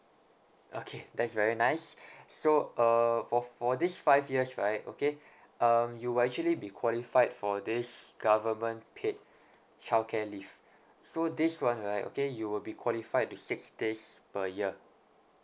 okay that's very nice so uh for for these five years right okay um you will actually be qualified for this government paid childcare leave so this one right okay you will be qualified to six days per year